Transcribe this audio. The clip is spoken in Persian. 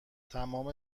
تمام